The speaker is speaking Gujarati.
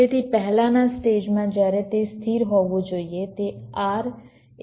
તેથી પહેલાના સ્ટેજમાં જ્યારે તે સ્થિર હોવું જોઈએ તે RAT છે